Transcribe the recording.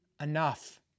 enough